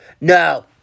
No